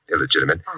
Illegitimate